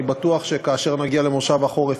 אני בטוח שכאשר נגיע למושב החורף,